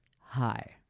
hi